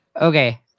Okay